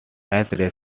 russia